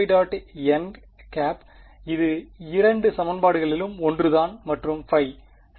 n இது இரண்டு சமன்பாடுகளிலும் ஒன்றுதான் மற்றும் ϕ சரி